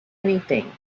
anything